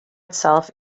itself